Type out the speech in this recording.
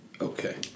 Okay